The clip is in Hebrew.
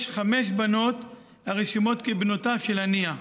יש חמש בנות הרשומות כבנותיו של הנייה.